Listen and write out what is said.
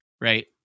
right